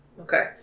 Okay